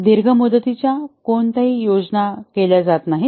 दीर्घ मुदतीच्या कोणत्याही योजना केल्या जात नाहीत